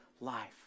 life